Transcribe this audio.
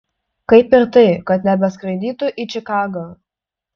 kaip ir tai kad nebeskraidysiu į čikagą